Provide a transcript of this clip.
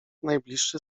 najbliższy